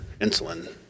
insulin